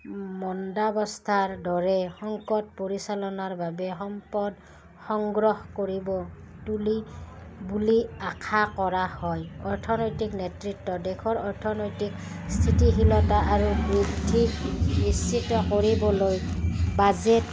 মণ্ডাৱস্থাৰ দৰে সংকট পৰিচালনাৰ বাবে সম্পদ সংগ্ৰহ কৰিব তুলিব বুলি আশা কৰা হয় অৰ্থনৈতিক নেতৃত্ব দেশৰ অৰ্থনৈতিক স্থিতিশীলতা আৰু বৃদ্ধি নিশ্চিত কৰিবলৈ বাজেট